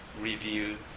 review